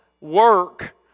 work